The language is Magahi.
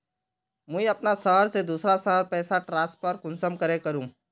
मुई अपना शहर से दूसरा शहर पैसा ट्रांसफर कुंसम करे करूम?